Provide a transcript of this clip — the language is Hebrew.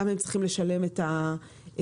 הם גם צריכים לשלם את הקנס